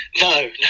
No